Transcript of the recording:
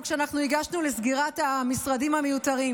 שאנחנו הגשנו לסגירת המשרדים המיותרים.